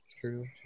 true